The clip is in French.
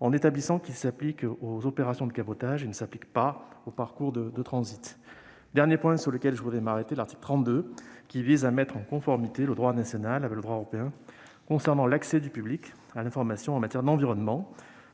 en établissant qu'il s'applique aux opérations de cabotage, mais pas aux parcours de transit. Je voudrais m'arrêter sur un dernier point. L'article 32 vise à mettre en conformité le droit national avec le droit européen concernant l'accès du public à l'information en matière d'environnement,